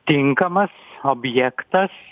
tinkamas objektas